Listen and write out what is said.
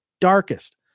darkest